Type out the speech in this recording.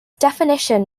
definition